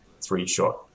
three-shot